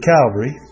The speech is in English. Calvary